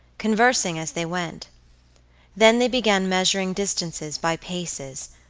conversing as they went then they began measuring distances by paces,